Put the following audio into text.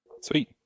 Sweet